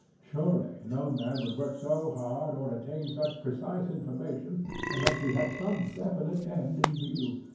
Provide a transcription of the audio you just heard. surely no man would work so hard or attain such precise information unless he had some definite end in view.